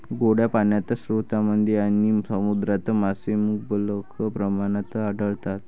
गोड्या पाण्याच्या स्रोतांमध्ये आणि समुद्रात मासे मुबलक प्रमाणात आढळतात